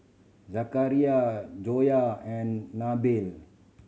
Zakaria Joyah and Nabil